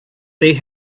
they